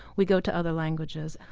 we go to other languages.